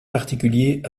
particuliers